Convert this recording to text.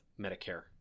Medicare